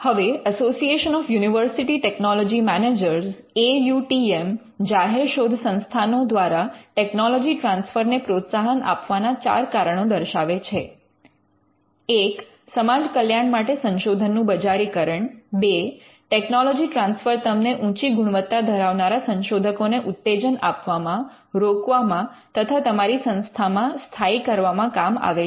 હવે association of university technology managers - A U T M જાહેર શોધ સંસ્થાનો દ્વારા ટેકનોલોજી ટ્રાન્સફર ને પ્રોત્સાહન આપવાના ચાર કારણો દર્શાવે છે 1 સમાજ કલ્યાણ માટે સંશોધન નું બજારીકરણ ૨ ટેકનોલોજી ટ્રાન્સફર તમને ઊંચી ગુણવત્તા ધરાવનારા સંશોધકો ને ઉત્તેજન આપવામાં રોકવામાં તથા તમારી સંસ્થામા સ્થાયી કરવામાં કામ આવે છે